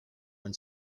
when